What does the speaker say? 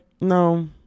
no